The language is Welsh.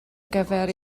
gyfer